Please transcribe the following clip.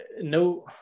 no